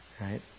right